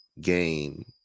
Game